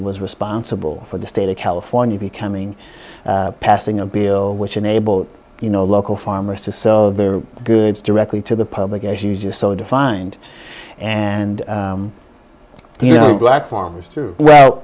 was responsible for the state of california becoming passing a bill which enabled you know local farmers to sell their goods directly to the public as you just saw defined and you know black farmers too well